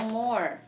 more